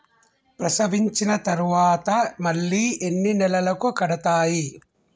ప్రసవించిన తర్వాత మళ్ళీ ఎన్ని నెలలకు కడతాయి?